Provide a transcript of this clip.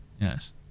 yes